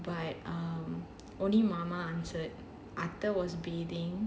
but um only mama answered arthur was bathing